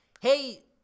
hey